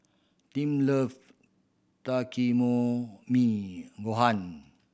Tim love Gohan